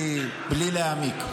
בלי להעמיק.